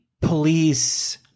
police